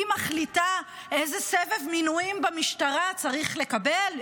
היא מחליטה איזה סבב מינויים במשטרה צריך לקבל,